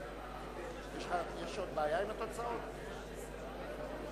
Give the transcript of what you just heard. אני מדבר על הצעת חוק